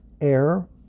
air